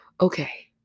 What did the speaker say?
okay